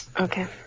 Okay